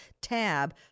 tab